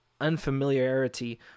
unfamiliarity